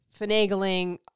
finagling